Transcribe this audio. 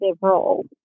role